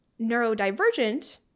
neurodivergent